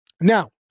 Now